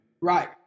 Right